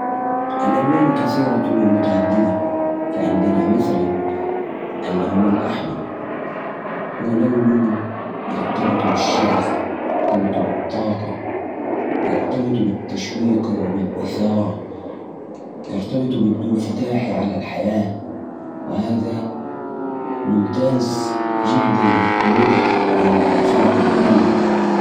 اللون الأحمر يرمز للحب والشغف ويعكس مشاعر قوية كمان يعتبر رمزاً للحظ والسعادة في الثقافة الصينية في الحجاز اللون الأحمر مرتبط بالإحتفالات مث الأعراس و المناسبات الخاصة يتبادر إلى ذهن الأزياء التقليدية والتصميمات الزاهية اللي تضيف لمسة من الفرح والحيوية